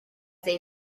they